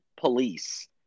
police